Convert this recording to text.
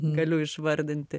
galiu išvardinti